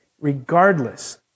regardless